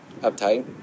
uptight